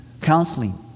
counseling